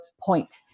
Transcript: point